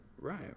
Right